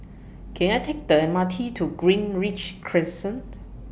Can I Take The M R T to Greenridge Crescent